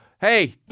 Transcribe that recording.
hey